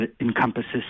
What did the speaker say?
encompasses